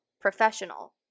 professional